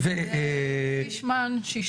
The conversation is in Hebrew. תודה רבה לכל מי שהגיע.